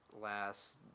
last